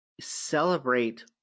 celebrate